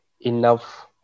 enough